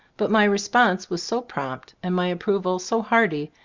but my response was so prompt, and my approval so hearty,